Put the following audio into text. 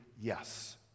yes